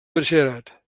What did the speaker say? batxillerat